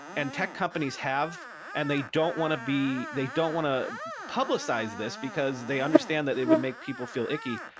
and tech companies have and they don't want to be they don't want to publicize this, because they understand that it would make people feel icky.